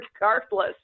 regardless